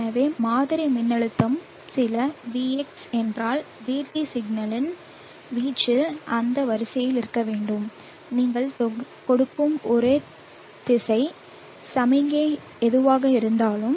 எனவே மாதிரி மின்னழுத்தம் சில VX என்றால் VT சிக்னலின் வீச்சு அந்த வரிசையில் இருக்க வேண்டும் நீங்கள் கொடுக்கும் ஒரே திசை சமிக்ஞை எதுவாக இருந்தாலும்